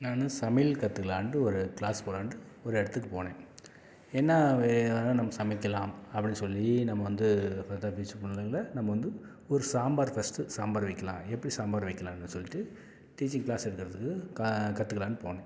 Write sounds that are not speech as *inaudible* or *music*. நான் சமையல் கற்றுக்கலான்ட்டு ஒரு க்ளாஸ் போகலான்ட்டு ஒரு இடத்துக்கு போனேன் என்ன வேணாலும் நம்ம சமைக்கலாம் அப்படின்னு சொல்லி நம்ம வந்து *unintelligible* நம்ம வந்து ஒரு சாம்பார் ஃபர்ஸ்ட்டு சாம்பார் வைக்கலாம் எப்படி சாம்பார் வைக்கலான்னு சொல்லிவிட்டு டீச்சிங் க்ளாஸ் எடுக்கறதுக்கு க கற்றுக்கலான்னு போனேன்